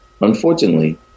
Unfortunately